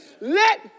let